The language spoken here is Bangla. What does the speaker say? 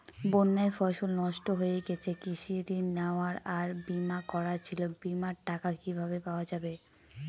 বন্যায় ফসল নষ্ট হয়ে গেছে কৃষি ঋণ নেওয়া আর বিমা করা ছিল বিমার টাকা কিভাবে পাওয়া যাবে?